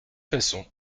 façon